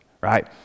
right